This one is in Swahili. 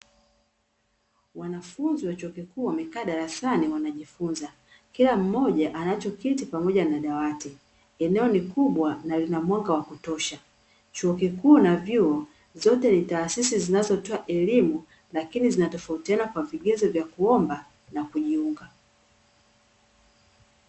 Wanafunzi wa chuo kikuu wamekaa darasani wanajifunza, kila mmoja anacho kiti pamoja na dawati. Eneo ni kubwa na lina mwanga wa kutosha. Chuo kikuu na vyuo zote ni taasisi zinazotoa elimu lakini zinatofautiana kwa vigezo vya kuomba na kujiunga.